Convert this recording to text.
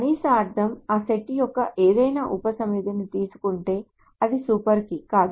కనీస అర్ధం ఆ సెట్ యొక్క ఏదైనా ఉపసమితిని తీసుకుంటే అది సూపర్ కీ కాదు